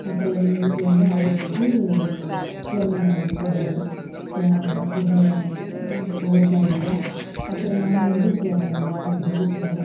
அப்புறம் எங்கள் வீட்டில் வந்து அவர் வந்து ப்ளம்பிங் வேலைக்கு போறார் கொஞ்சம் புவர் ஃபேமிலி தான் அப்புறம் நான் வந்து இப்போ வேலை செஞ்சிட்ருக்கிறேன்